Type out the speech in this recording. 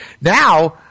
Now